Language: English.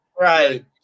Right